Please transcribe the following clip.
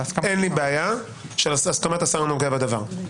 אין לי בעיה של הסכמת השר הנוגע בדבר.